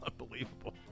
unbelievable